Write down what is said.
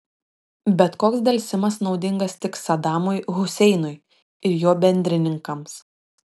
bet koks delsimas naudingas tik sadamui huseinui ir jo bendrininkams